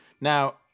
Now